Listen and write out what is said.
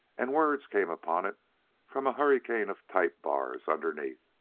and words came upon it from a hurricane of type-bars underneath.